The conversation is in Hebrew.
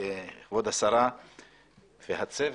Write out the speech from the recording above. כבוד השרה והצוות.